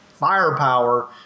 firepower